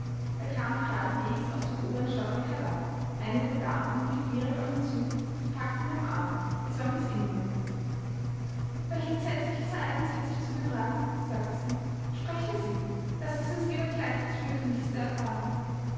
er kam gradeswegs aus dem oberen stockwerk herab eine der damen lief direkt auf ihn zu sie packte ihn am arm es war miß ingram welch entsetzliches ereignis hat sich zugetragen sagte sie sprechen sie lassen sie uns lieber gleich das fürchterlichste erfahren